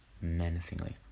Menacingly